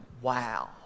Wow